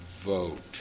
vote